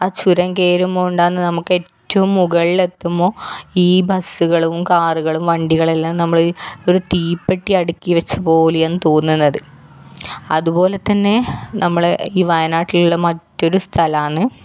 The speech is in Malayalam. ആ ചുരം കയറുമ്പോൾ ഉണ്ടാകുന്ന നമുക്ക് ഏറ്റവും മുകളിലെത്തുമ്പോൾ ഈ ബസ്സുകളും കാറുകളും വണ്ടികളെല്ലാം നമ്മൾ ഒരു തീപ്പെട്ടി അടുക്കി വച്ചപോലെയാണ് തോന്നണത് അതുപോലെ തന്നെ നമ്മൾ ഈ വയനാട്ടിലുള്ള മറ്റൊരു സ്ഥലമാണ്